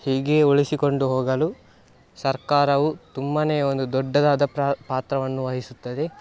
ಹೀಗೇ ಉಳಿಸಿಕೊಂಡು ಹೋಗಲು ಸರ್ಕಾರವು ತುಂಬ ಒಂದು ದೊಡ್ಡದಾದ ಪ್ರಾ ಪಾತ್ರವನ್ನು ವಹಿಸುತ್ತದೆ